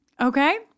Okay